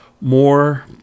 more